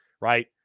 right